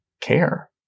care